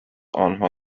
آنها